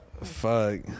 Fuck